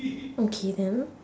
okay then